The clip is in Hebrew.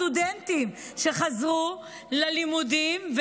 סטודנטים שחזרו ללימודים,